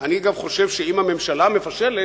אני גם חושב שאם הממשלה מפשלת,